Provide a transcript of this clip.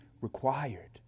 required